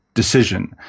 Decision